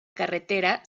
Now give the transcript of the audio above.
carretera